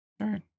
Sure